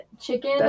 chicken